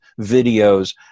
videos